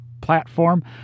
platform